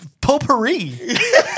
potpourri